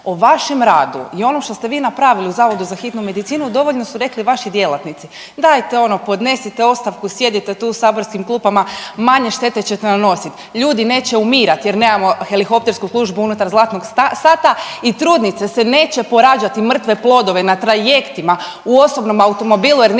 O vašem radu i onom što ste vi napravili u Zavodu za hitnu medicinu dovoljno su rekli vaši djelatnici. Dajte ono podnesite ostavku, sjedite tu u saborskim klupama, manje štete ćete nanosit, ljudi neće umirat jer nemamo Helikoptersku službu unutar „Zlatnog sata“ i trudnice se neće porađati mrtve plodove na trajektima, u osobnom automobilu jer niste